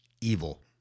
evil